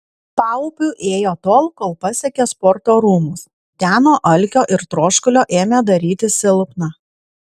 paupiu ėjo tol kol pasiekė sporto rūmus ten nuo alkio ir troškulio ėmė darytis silpna